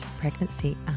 pregnancy